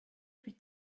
plus